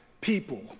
people